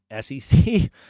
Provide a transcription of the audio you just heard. SEC